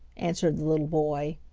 answered the little boy.